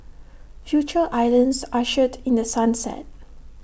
Future islands ushered in the sunset